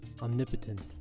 omnipotent